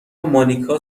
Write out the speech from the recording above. مانیکا